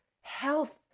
Health